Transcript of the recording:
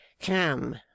come